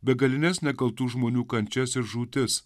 begalines nekaltų žmonių kančias ir žūtis